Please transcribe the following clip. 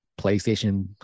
PlayStation